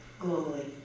globally